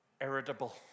irritable